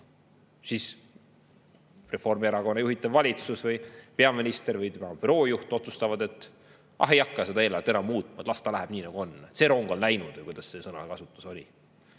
siis Reformierakonna juhitav valitsus või peaminister või tema büroo juht otsustavad, et ei hakka seda eelarvet enam muutma, las see läheb nii, nagu on. See rong on läinud, või kuidas see sõnakasutus oligi.